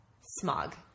Smog